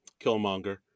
Killmonger